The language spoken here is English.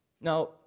Now